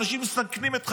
אנשים מסכנים את חייהם.